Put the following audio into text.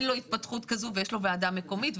ואין לו התפתחות כזאת ויש לו ועדה מקומית,